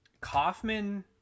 Kaufman